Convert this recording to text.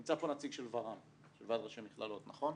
נמצא פה נציג של ועד ראשי המכללות, נכון?